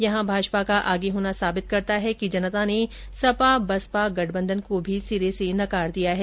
यहां भाजपा का आगे होना साबित करता है कि जनता ने सपा बसपा गठबंधन को भी सिरे से नकार दिया है